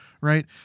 right